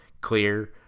clear